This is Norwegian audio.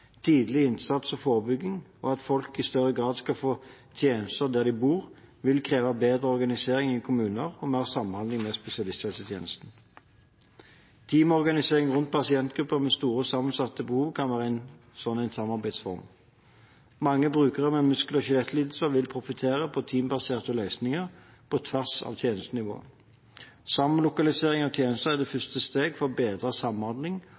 tidlig innsats og forebygging, og at folk i større grad skal få tjenester der de bor, vil kreve bedre organisering i kommunene og mer samhandling med spesialisthelsetjenesten. Teamorganisering rundt pasientgrupper med store sammensatte behov kan være én slik samarbeidsform. Mange brukere med muskel- og skjelettlidelser vil profitere på teambaserte løsninger på tvers av tjenestenivåene. Samlokalisering av tjenester er et første steg for bedre samhandling